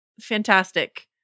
fantastic